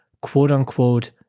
quote-unquote